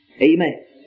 Amen